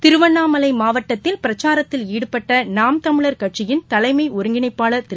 திருவண்ணாமலைமாவட்டத்தில் பிரச்சாரத்தில் ஈடுபட்டநாம் தமிழர் கட்சியின் தலைமைகுருங்கிணைப்பாளர் திரு